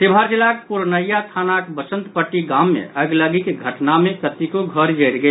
शिवहर जिलाक पुरनहिया थानाक बसंतपट्टी गाम मे अगिलगिक घटना मे कतेको घर जरि गेल